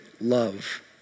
love